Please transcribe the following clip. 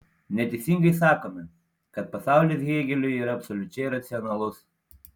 neteisingai sakome kad pasaulis hėgeliui yra absoliučiai racionalus